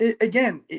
again